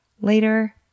later